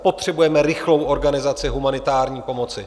Potřebujeme rychlou organizaci humanitární pomoci.